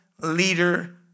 leader